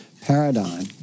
paradigm